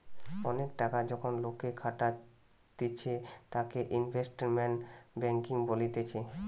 অনেক টাকা যখন লোকে খাটাতিছে তাকে ইনভেস্টমেন্ট ব্যাঙ্কিং বলতিছে